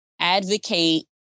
advocate